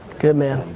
good man.